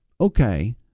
okay